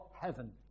heaven